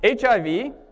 HIV